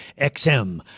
XM